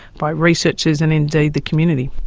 by researchers and indeed the community.